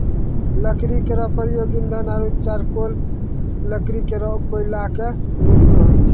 लकड़ी केरो प्रयोग ईंधन आरु चारकोल लकड़ी केरो कोयला क रुप मे होय छै